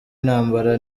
intambara